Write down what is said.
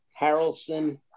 Harrelson